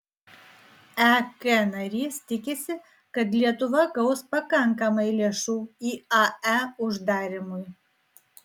ek narys tikisi kad lietuva gaus pakankamai lėšų iae uždarymui